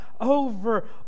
over